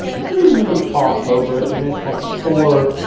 reasonably taut over it and then it's got four